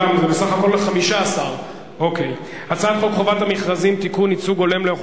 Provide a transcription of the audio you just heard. זה בסך הכול 15. אנחנו עוברים להצעת החוק